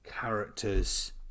characters